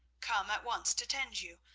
come at once to tend you,